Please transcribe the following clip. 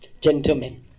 Gentlemen